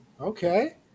Okay